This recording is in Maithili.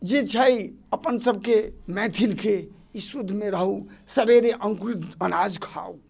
जे छै अपनसबके मैथिलके ई शुद्धमे रहू सबेरे अङ्कुरित अनाज खाउ